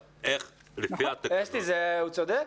אסתי, הוא צודק?